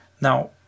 Now